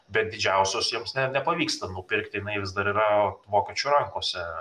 bet didžiausios jiems ne nepavyksta nupirkti jinai vis dar yra vokiečių rankose